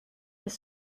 des